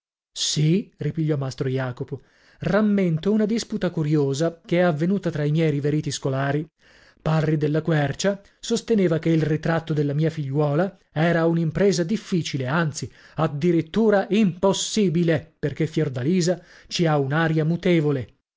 sì ripigliò mastro jacopo rammento una disputa curiosa che è avvenuta tra i miei riveriti scolari parri della quercia sosteneva che il ritratto della mia figliuola era un'impresa difficile anzi addirittura impossibile perchè fiordalisa ci ha un'aria mutevole